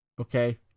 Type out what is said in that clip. Okay